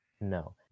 No